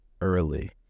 early